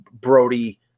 Brody